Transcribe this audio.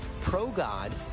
pro-God